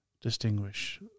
distinguish